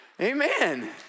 Amen